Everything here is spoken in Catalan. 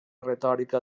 retòrica